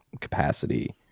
capacity